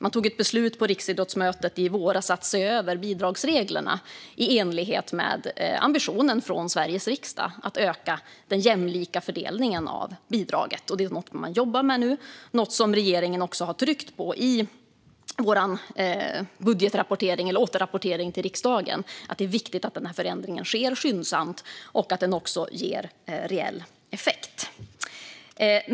Man tog ett beslut på riksidrottsmötet i våras att se över bidragsreglerna i enlighet med ambitionen från Sveriges riksdag att göra fördelningen av bidraget mer jämlik. Detta är något man jobbar med nu. Vi i regeringen har i vår budgetrapportering eller återrapportering till riksdagen tryckt på att det är viktigt att förändringen sker skyndsamt och ger reell effekt.